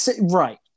Right